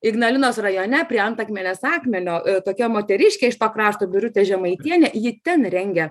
ignalinos rajone prie antakmenės akmenio tokia moteriškė iš pakrašto birutė žemaitienė ji ten rengia